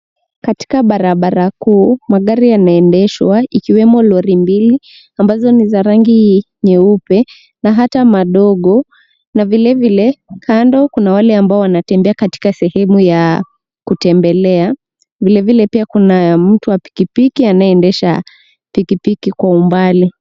Katika barabara kuu magari yanaendeshwa ikiwemo lori mbili ambazo ni za rangi nyeupe na hata madogo na vilevile kando kuna wale ambao wanatembea katika sehemu ya kutembelea vilevile pia kuna mtu wa pikipiki anayeendesha pikipiki kwa umbali.